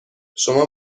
شما